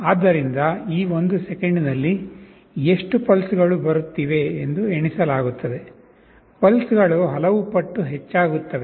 ಆದ್ದರಿಂದ ಈ ಒಂದು ಸೆಕೆಂಡಿನಲ್ಲಿ ಎಷ್ಟು pulse ಗಳು ಬರುತ್ತಿವೆ ಎಂದು ಎಣಿಸಲಾಗುತ್ತದೆ pulse ಗಳು ಹಲವು ಪಟ್ಟು ಹೆಚ್ಚಾಗುತ್ತವೆ